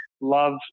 love